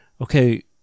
okay